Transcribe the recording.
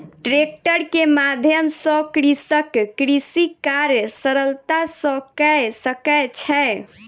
tractor के माध्यम सॅ कृषक कृषि कार्य सरलता सॅ कय सकै छै